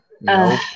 No